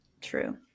True